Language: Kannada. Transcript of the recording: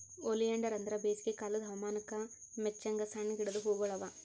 ಒಲಿಯಾಂಡರ್ ಅಂದುರ್ ಬೇಸಿಗೆ ಕಾಲದ್ ಹವಾಮಾನಕ್ ಮೆಚ್ಚಂಗ್ ಸಣ್ಣ ಗಿಡದ್ ಹೂಗೊಳ್ ಅವಾ